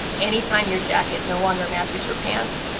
anytime your jacket no longer matches your pants,